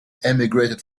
emigrated